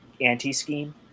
anti-scheme